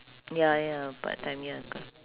ya ya part time ya co~